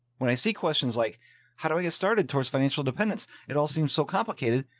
when i see questions like how do i get started towards financial dependence? it all seems so complicated.